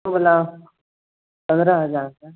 Oppo वाला पंद्रह हज़ार का